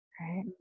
right